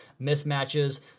mismatches